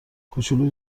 کوچولو